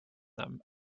them